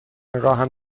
راهم